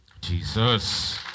Jesus